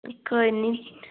कोई निं